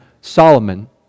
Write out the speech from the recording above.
Solomon